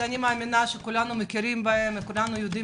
אני מאמינה שכולנו מכירים בהם ויודעים